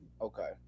Okay